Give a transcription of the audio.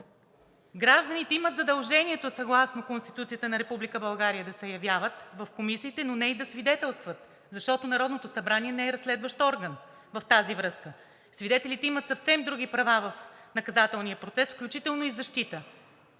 Гражданите имат задължението, съгласно Конституцията на Република България, да се явяват в комисиите, но не и да свидетелстват, защото Народното събрание не е разследващ орган в тази връзка. Свидетелите имат съвсем други права в наказателния процес, включително и защита.